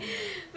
ya